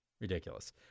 Ridiculous